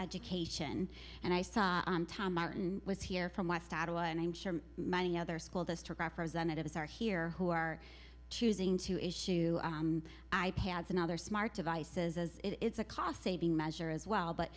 education and i saw time martin was here from my saddle and i'm sure many other school district representatives are here who are choosing to issue i pads and other smart devices as it's a cost saving measure as well but